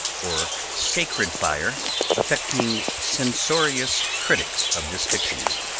or sacred fire affecting censorious critics of this dictionary.